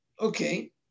Okay